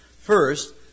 First